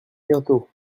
bientôt